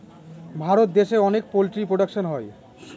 ভারত দেশে অনেক poultry production হয়